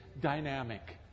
dynamic